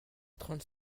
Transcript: trente